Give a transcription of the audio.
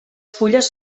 fulles